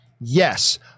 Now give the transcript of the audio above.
Yes